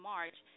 March